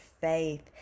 faith